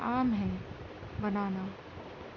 عام ہے بنانا